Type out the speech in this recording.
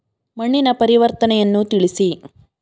ಮಣ್ಣಿನ ಪರಿವರ್ತನೆಯನ್ನು ತಿಳಿಸಿ?